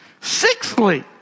Sixthly